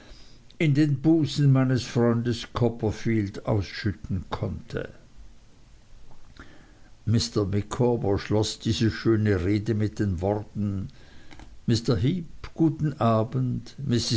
in den busen meines freundes copperfield ausschütten konnte mr micawber schloß diese schöne rede mit den worten mr heep guten abend